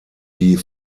die